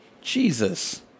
Jesus